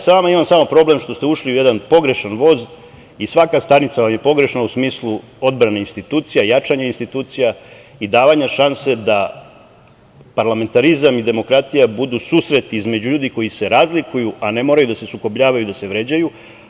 Sa vama imam problem što ste ušli u jedan pogrešan vozi i svaka stanica vam je pogrešna u smislu odbrane institucija, jačanja institucija i davanja šanse da parlamentarizam i demokratija budu susret između ljudi koji se razlikuju, a ne moraju da se sukobljavaju, da se vređaju.